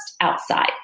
outside